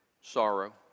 sorrow